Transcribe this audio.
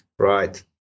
Right